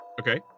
Okay